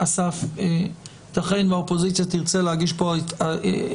אסף, יתכן שהאופוזיציה תרצה להגיש פה הסתייגויות.